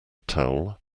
towel